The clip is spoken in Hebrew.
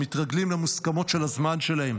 הם מתרגלים למוסכמות של הזמן שלהם.